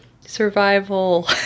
Survival